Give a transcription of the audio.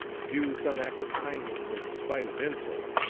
do some act of kindness in spite of insult,